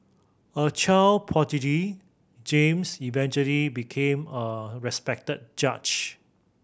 a child prodigy James eventually became a respected judge